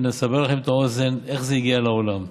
ונסבר לכם את האוזן איך זה הגיע לעולם.